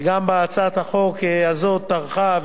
שגם בהצעת החוק הזאת טרחה,